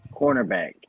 Cornerback